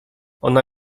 ona